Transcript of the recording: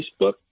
Facebook